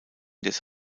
des